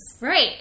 Right